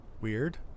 weird